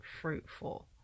fruitful